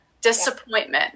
Disappointment